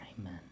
Amen